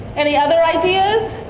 any other ideas?